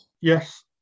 Yes